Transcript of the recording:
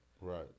Right